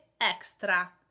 extra